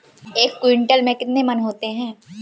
एक क्विंटल में कितने मन होते हैं?